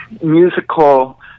musical